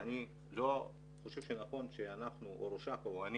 אני לא חושב שנכון שאנחנו או ראש אכ"א או אני